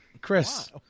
Chris